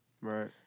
Right